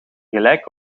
gelijk